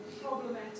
problematic